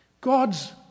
God's